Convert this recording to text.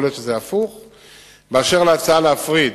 4. באשר להצעה להפריד